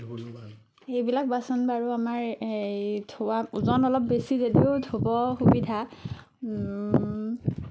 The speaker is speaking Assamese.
সেইবিলাক বাচন বাৰু আমাৰ এই ধোৱা ওজন অলপ বেছি যদিও ধুব সুবিধা